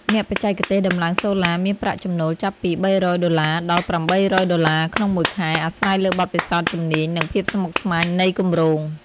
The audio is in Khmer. អ្នកបច្ចេកទេសដំឡើងសូឡាមានប្រាក់ចំណូលចាប់ពី ៣០០ ដុល្លារ ដល់ ៨០០ ដុល្លារ ក្នុងមួយខែ អាស្រ័យលើបទពិសោធន៍ជំនាញ និងភាពស្មុគស្មាញនៃគម្រោង។